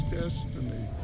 destiny